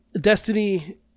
Destiny